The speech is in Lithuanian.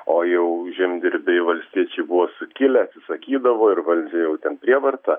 o jau žemdirbiai valstiečiai buvo sukilę atsisakydavo ir valdžia jau ten prievarta